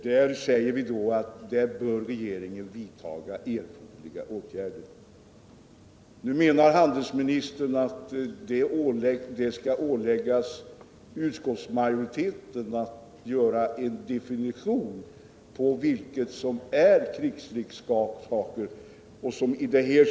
Vi säger att regeringen bör vidta erforderliga åtgärder. Handelsministern menar att utskottsmajoriteten skall åläggas att definiera vad som är krigsleksaker.